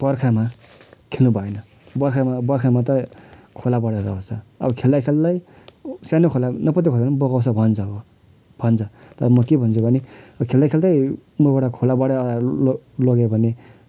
बर्खामा खेल्नु भएन बर्खामा बर्खामा त खोला बढेर आउँछ अब खेल्दा खेल्दै सानो खोला नपत्याउँदो खोलाले पनि बगाउँछ भन्छ अब भन्छ तर म के भन्छु भने खेल्दा खेल्दै उँभोबाट खोला बढेर लग्यो भने